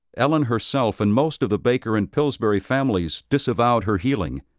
ellen herself and most of the baker and pilsbury families disavowed her healing.